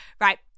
Right